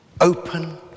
open